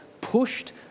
pushed